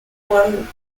one